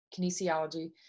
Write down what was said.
kinesiology